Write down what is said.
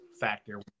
factor